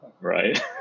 Right